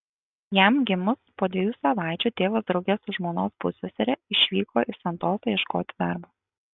jam gimus po dviejų savaičių tėvas drauge su žmonos pussesere išvyko į santosą ieškoti darbo